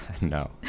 no